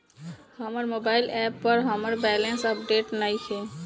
हमर mobile app पर हमर बैलेंस अपडेट नइखे